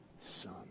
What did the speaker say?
Son